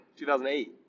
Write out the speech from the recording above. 2008